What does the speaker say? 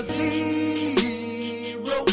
zero